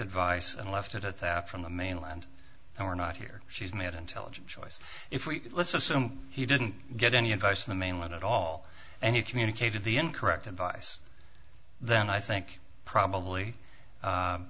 advice and left it at that from the mainland and we're not here she's made intelligent choice if we let's assume he didn't get any advice on the mainland at all and you communicated the incorrect advice then i think probably